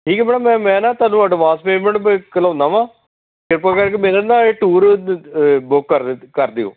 ਠੀਕ ਹੈ ਮੈਡਮ ਮੈਂ ਮੈਂ ਨਾ ਤੁਹਾਨੂੰ ਐਡਵਾਂਸ ਪੇਮੈਂਟ ਮ ਕਲੋਨਾ ਵਾਂ ਕਿਰਪਾ ਕਰਕੇ ਮੇਰਾ ਨਾ ਇਹ ਟੂਰ ਬੁੱਕ ਕਰ ਕਰ ਦਿਓ